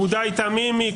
עודאי תמימי,